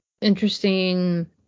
interesting